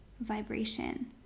vibration